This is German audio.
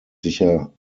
sicher